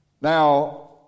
Now